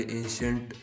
ancient